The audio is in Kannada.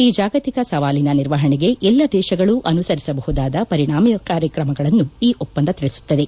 ಈ ಜಾಗತಿಕ ಸವಾಲಿನ ನಿರ್ವಹಣೆಗೆ ಎಲ್ಲ ದೇಶಗಳೂ ಅನುಸರಿಸಬಹುದಾದ ಪರಿಣಾಮಕಾರಿ ಕ್ರಮಗಳನ್ನು ಈ ಒಪ್ಲಂದ ತಿಳಿಸುತ್ತದೆ